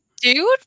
dude